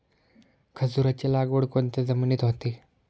खजूराची लागवड कोणत्या जमिनीत होते?